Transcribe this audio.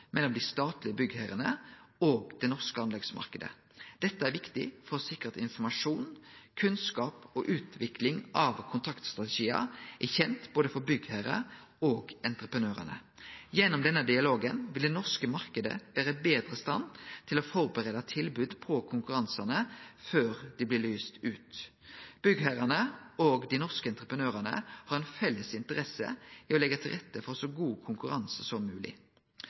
mellom dei statlege byggherrane og den norske anleggsmarknaden. Dette er viktig for å sikre at informasjon, kunnskap og utvikling av kontraktstrategiar er kjent for både byggherre og entreprenørane. Gjennom denne dialogen vil den norske marknaden vere betre i stand til å førebu tilbod på konkurransane før dei blir lyste ut. Byggherrane og dei norske entreprenørane har felles interesse i å leggje til rette for ein så god konkurranse som